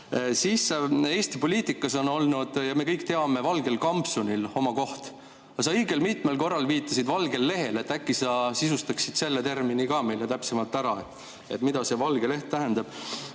Siis Eesti poliitikas on olnud, me kõik teame, valgel kampsunil oma koht. Aga sa õige mitmel korral viitasid valgele lehele. Äkki sa sisustaksid selle termini ka meile täpsemalt ära? Mida see valge leht tähendab?